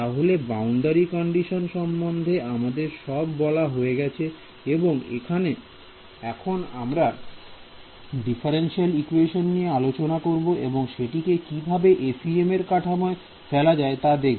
তাহলে boundary condition সম্বন্ধে আমাদের সব বলা হয়ে গেছে এবং এখন আমরা ডিফারেন্সিয়াল ইকুয়েশন নিয়ে আলোচনা করব এবং সেটিকে কিভাবে FEM এর কাঠামোয় ফেলা যায় তা দেখব